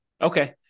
Okay